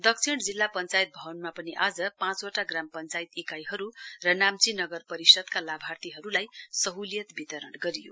दक्षिण जिल्ला पञ्चायत भवनमा पनि आज पाँचवटा ग्राम पञ्चायत इकाइहरू र नाम्ची नगर परिषद्का लाभार्थीहरूलाई सह्लियत वितरण गरियो